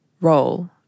role